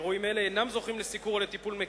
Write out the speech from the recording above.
אירועים אלה אינם זוכים לסיקור או לטיפול מקיף,